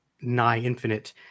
nigh-infinite